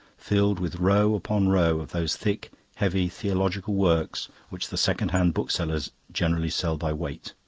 filled with row upon row of those thick, heavy theological works which the second-hand booksellers generally sell by weight.